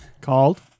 Called